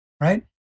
right